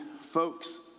folks